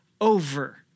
over